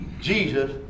Jesus